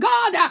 God